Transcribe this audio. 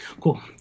Cool